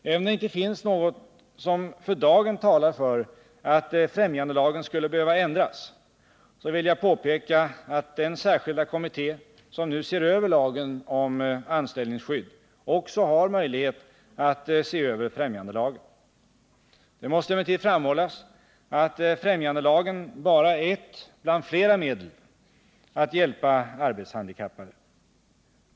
Även om det inte finns något som för dagen talar för att främjandelagen skulle behöva ändras, vill jag påpeka att den särskilda kommitté som nu ser över lagen om anställningsskydd också har möjlighet att se över främjandelagen. Det måste emellertid framhållas att främjandelagen bara är ett bland flera medel att hjälpa arbetshandikappade.